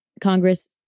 Congress